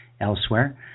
elsewhere